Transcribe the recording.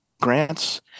grants